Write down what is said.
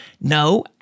No